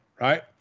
right